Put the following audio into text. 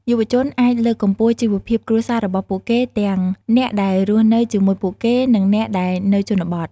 យុវជនអាចលើកកម្ពស់ជីវភាពគ្រួសាររបស់ពួកគេ ទាំងអ្នកដែលរស់នៅជាមួយពួកគេ និងអ្នកដែលនៅជនបទ។